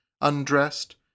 undressed